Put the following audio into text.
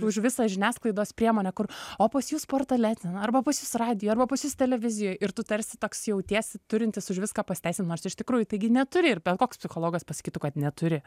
už visą žiniasklaidos priemonę kur o pas jus portale ten arba pas jus radijuj arba pas jus televizijoj ir tu tarsi toks jautiesi turintis už viską pasiteisint nors iš tikrųjų taigi neturi ir bet koks psichologas pasakytų kad neturi